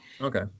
Okay